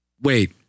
Wait